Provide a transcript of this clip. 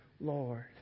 Lord